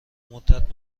مدت